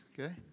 okay